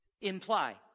Imply